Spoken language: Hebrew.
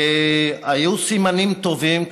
היו סימנים טובים,